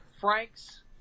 Franks